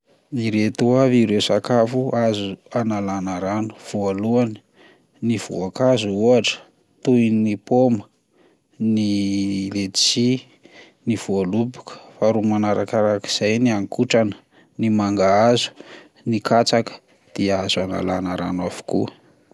Ireto avy ireo sakafo azo analana rano: voalohany, ny voankazo ohatra, toy ny paoma, ny ledsy, ny voaloboka; faharoa manarakarak'izay ny haninkotrana: ny mangahazo, ny katsaka dia azo analana rano avokoa.